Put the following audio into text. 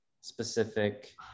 specific